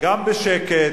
גם בשקט.